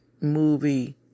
movie